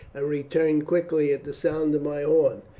and return quickly at the sound of my horn.